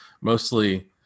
mostly